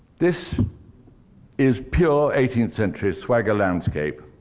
this is pure eighteenth century swagger landscape,